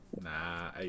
nah